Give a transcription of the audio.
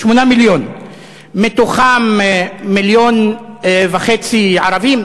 מתוכם 1.5 מיליון ערבים.